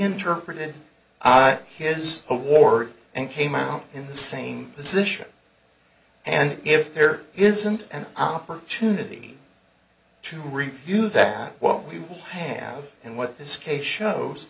reinterpreted i his award and came in the same position and if there isn't an opportunity to review that what we have and what this case shows